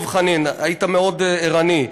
תקשיב, דב חנין, היית מאוד ערני,